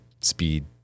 speed